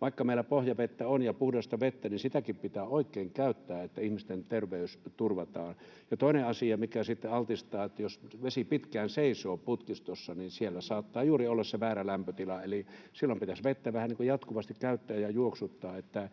Vaikka meillä on pohjavettä ja puhdasta vettä, niin sitäkin pitää oikein käyttää, että ihmisten terveys turvataan. Ja toinen asia, mikä sitten altistaa, on se, että jos vesi seisoo pitkään putkistossa, niin siellä saattaa juuri olla se väärä lämpötila. Eli silloin pitäisi vettä vähän niin kuin jatkuvasti käyttää ja juoksuttaa.